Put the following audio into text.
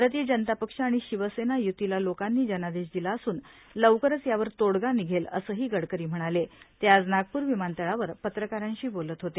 भारतीय जनता पक्ष आणि शिवसेना य्रतीला लोकांनी जनादेश दिला असून लवकरच यावर तोडगा विघेल असंही गडकरी म्हणाले ते आज नागपूर विमानतळवर पत्रकारांशी बोलत होते